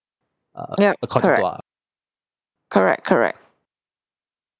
yup correct correct correct